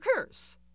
occurs